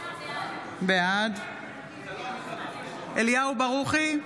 בעד אליהו ברוכי,